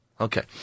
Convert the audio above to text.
Okay